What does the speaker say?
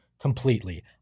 completely